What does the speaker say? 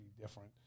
different